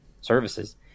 services